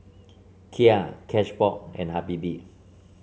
Kia Cashbox and Habibie